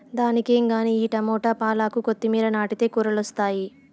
దానికేం గానీ ఈ టమోట, పాలాకు, కొత్తిమీర నాటితే కూరలొస్తాయి